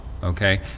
okay